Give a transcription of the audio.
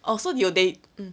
oh so do your they